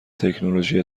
تکنولوژی